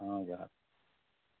ᱦᱚᱸ ᱡᱚᱦᱟᱨ